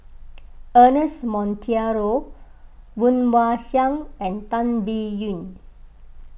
Ernest Monteiro Woon Wah Siang and Tan Biyun